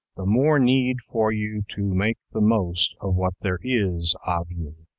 the more need for you to make the most of what there is of you.